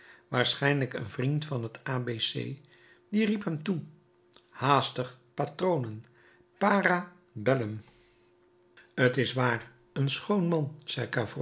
waarschijnlijk een vriend van t a b c hij riep hem toe haastig patronen para bellum t is waar een schoon